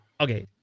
Okay